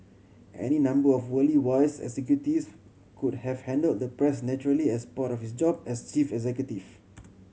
any number of worldly wise executives could have handled the press naturally as part of his job as chief executive